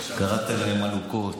קראתם להם עלוקות,